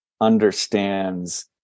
understands